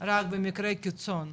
רק במקרי קיצון.